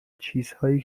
چیزهایی